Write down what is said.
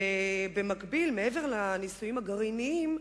ובמקביל, מעבר לניסויים הגרעיניים,